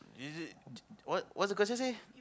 is it what what's the question say